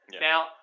Now